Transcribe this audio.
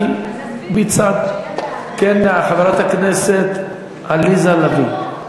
אני מצד, כן, חברת הכנסת עליזה לביא.